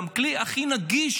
זה גם הכלי הכי נגיש,